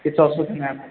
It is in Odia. କିଛି ଅସୁବିଧା ନାହିଁ